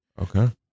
Okay